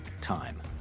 time